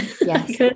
Yes